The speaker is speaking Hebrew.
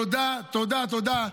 תודה, תודה, תודה.